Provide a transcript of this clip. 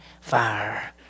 fire